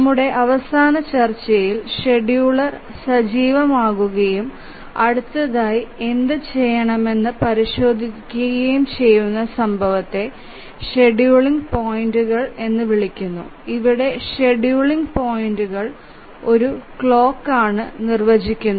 നമ്മുടെ അവസാന ചർച്ചയിൽ ഷെഡ്യൂളർ സജീവമാവുകയും അടുത്തതായി എന്തുചെയ്യണമെന്ന് പരിശോധിക്കുകയും ചെയ്യുന്ന സംഭവത്തെ ഷെഡ്യൂളിംഗ് പോയിന്റുകൾ എന്ന് വിളിക്കുന്നു ഇവിടെ ഷെഡ്യൂളിംഗ് പോയിന്റുകൾ ഒരു ക്ലോക്ക് നിർവചിക്കുന്നു